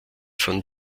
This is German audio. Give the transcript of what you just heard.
von